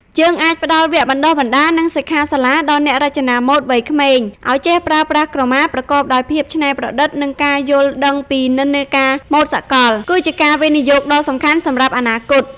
យើងអាចផ្តល់វគ្គបណ្តុះបណ្តាល និងសិក្ខាសាលាដល់អ្នករចនាម៉ូដវ័យក្មេង ឲ្យចេះប្រើប្រាស់ក្រមាប្រកបដោយភាពច្នៃប្រឌិត និងការយល់ដឹងពីនិន្នាការម៉ូដសកល គឺជាការវិនិយោគដ៏សំខាន់សម្រាប់អនាគត។